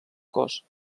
cos